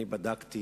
אני בדקתי